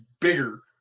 bigger